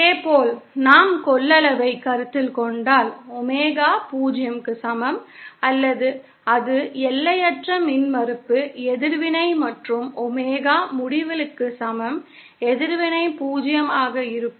இதேபோல் நாம் கொள்ளளவைக் கருத்தில் கொண்டால் ஒமேகா 0 க்கு சமம் அது எல்லையற்ற மின்மறுப்பு எதிர்வினை மற்றும் ஒமேகா முடிவிலிக்கு சமம் எதிர்வினை 0 ஆக இருக்கும்